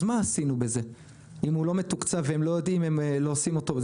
אז מה עשינו בזה אם הוא לא מתוקצב והם לא עושים אותו?